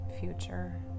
future